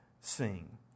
sing